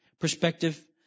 perspective